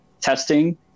testing